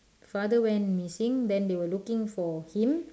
father went missing then they were looking for him